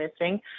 missing